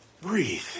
breathe